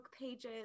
pages